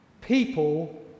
People